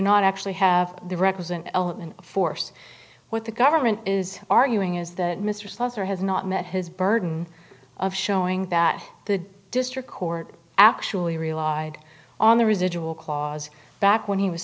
not actually have the requisite element force what the government is arguing is that mr slusser has not met his burden of showing that the district court actually realized on the residual clause back when he was